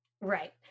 Right